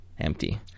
empty